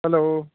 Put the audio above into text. hello